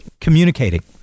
communicating